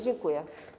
Dziękuję.